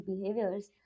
behaviors